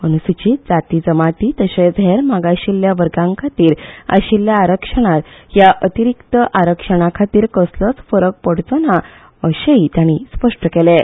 अन्सुचित जाती जमाती तशेंच हेर मागाशिल्ल्या वर्गा खातीर आशिल्ल्या आरक्षणांत ह्या अतिरिक्त आरक्षणा खातीर कसलोच फरक पडचो नां अशेंय तांणी स्पश्ट केलां